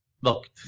Look